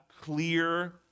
clear